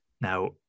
Now